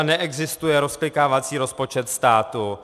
Neexistuje rozklikávací rozpočet státu.